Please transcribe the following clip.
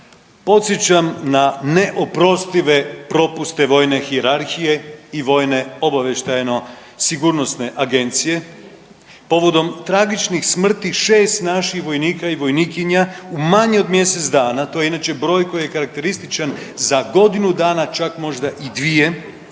podsjećam na neoprostive propuste vojne hijerarhije i Vojne obavještajno-sigurnosne agencije povodom tragičnih smrti 6 naših vojnika i vojnikinja u manje od mjesec dana. To je inače broj koji je karakterističan za godinu dana, čak možda i dvije.